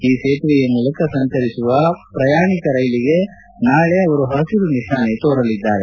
ಈ ಸೇತುವೆಯ ಮೂಲಕ ಸಂಚರಿಸುವ ಪ್ರಯಾಣಿಕ ರೈಲಿಗೆ ನಾಳೆ ಅವರು ಹಸಿರು ನಿಶಾನೆ ತೋರಲಿದ್ದಾರೆ